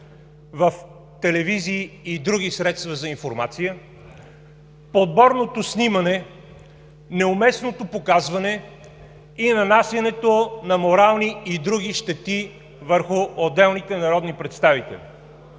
в телевизии и други средства за информация, подборното снимане, неуместното показване и нанасянето на морални и други щети върху отделните народни представители.